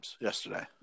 yesterday